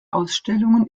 ausstellungen